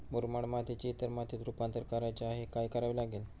मुरमाड मातीचे इतर मातीत रुपांतर करायचे आहे, काय करावे लागेल?